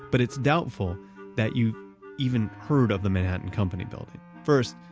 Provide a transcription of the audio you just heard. but it's doubtful that you even heard of the manhattan company building. first,